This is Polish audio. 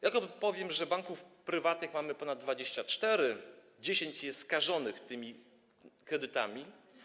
Ja tylko powiem, że banków prywatnych mamy więcej niż 24, a 10 jest skażonych tymi kredytami.